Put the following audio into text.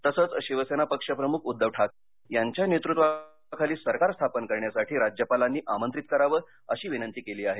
तसंच शिवसेना पक्षप्रमुख उद्दव ठाकरे यांच्या नेतृत्वाखाली सरकार स्थापन करण्यासाठी राज्यपालांनी आमंत्रित करावं अशी विनंती केली आहे